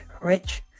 rich